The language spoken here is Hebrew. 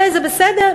וזה בסדר,